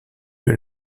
eut